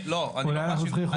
אולי אנחנו צריכים לחוקק חוקים.